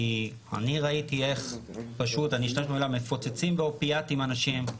כי אני ראיתי איך פשוט אני אשתמש במילה מפוצצים באופיאטים אנשים,